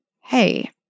Hey